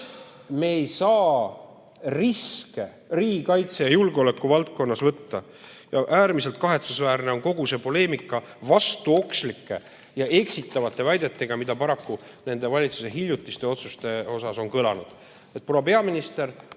me ei saa riske riigikaitse ja julgeoleku valdkonnas võtta. Äärmiselt kahetsusväärne on kogu see poleemika kõigi nende vastuokslike ja eksitavate väidetega, mis paraku valitsuse hiljutiste otsuste selgitamisel on kõlanud.